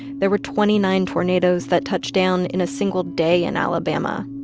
there were twenty nine tornadoes that touched down in a single day in alabama.